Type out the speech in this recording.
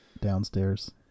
downstairs